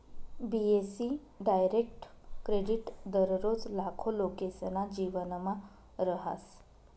बी.ए.सी direct credit दररोज लाखो लोकेसना जीवनमा रहास